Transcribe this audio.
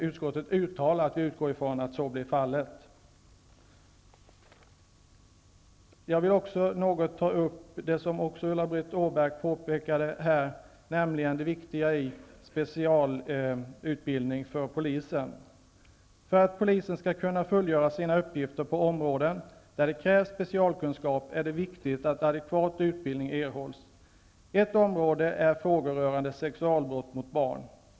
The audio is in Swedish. Utskottet uttalar att så blir fallet. Jag vill också ta upp det som Ulla-Britt Åbark påpekade i vad gäller det viktiga med specialutbildning för polisen. För att polisen skall kunna fullgöra sina uppgifter på områden där det krävs specialkunskap är det viktigt att adekvat utbildning erhålls. Ett område är frågor rörande sexualbrott mot barn.